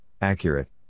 accurate